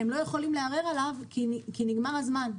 והם לא יכולים לערער עליו כי נגמר הזמן,